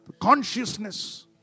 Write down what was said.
Consciousness